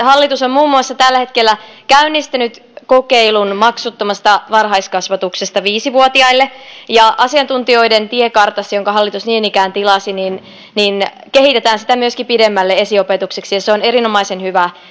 hallitus on tällä hetkellä muun muassa käynnistänyt kokeilun maksuttomasta varhaiskasvatuksesta viisi vuotiaille ja asiantuntijoiden tiekartassa jonka hallitus niin ikään tilasi kehitetään sitä myöskin pidemmälle esiopetukseksi se on erinomaisen hyvä